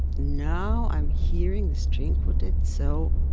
now, i'm hearing the string quartet so,